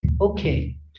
okay